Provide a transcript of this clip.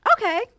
okay